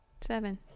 seven